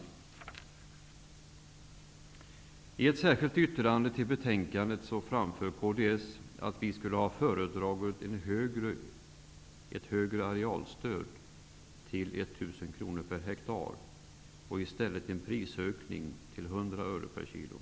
Vi i kds framför i ett särskilt yttrande som är fogat till betänkandet att vi skulle ha föredragit att arealstödet höjdes till 1 000 kronor per hektar och att priset på spannmål i stället blev 100 öre per kilo.